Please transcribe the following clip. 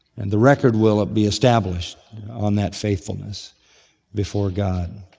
and the record will be established on that faithfulness before god.